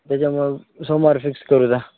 त्याच्यामुळं सोमवार फिक्स करू जा